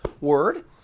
Word